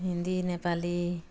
Hindi Nepali